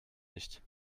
nicht